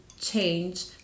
change